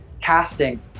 casting